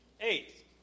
Eight